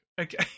okay